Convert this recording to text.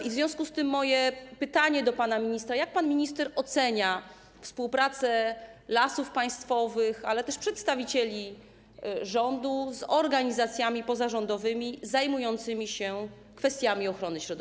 I związku z tym moje pytanie do pana ministra: Jak pan minister ocenia współpracę Lasów Państwowych, ale też przedstawicieli rządu, z organizacjami pozarządowymi zajmującymi się kwestiami ochrony środowiska?